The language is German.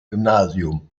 gymnasium